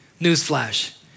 Newsflash